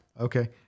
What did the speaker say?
Okay